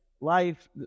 life